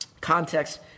Context